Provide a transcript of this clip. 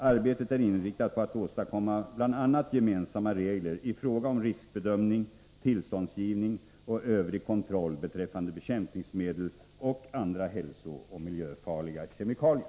Arbetet är inriktat på att åstadkomma bl.a. gemensamma regler i fråga om riskbedömning, tillståndsgivning och övrig kontroll beträffande bekämpningsmedel och andra hälsooch miljöfarliga kemikalier.